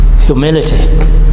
humility